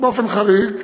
באופן חריג,